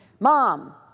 Mom